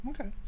Okay